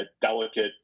delicate